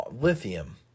lithium